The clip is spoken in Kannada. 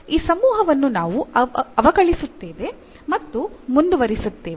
ಈ ಸಮೂಹವನ್ನು ನಾವು ಅವಕಲಿಸಿಸುತ್ತೇವೆ ಮತ್ತು ಮುಂದುವರಿಸುತ್ತೇವೆ